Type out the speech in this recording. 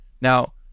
Now